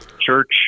church